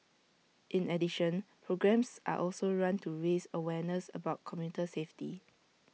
in addition programmes are also run to raise awareness about commuter safety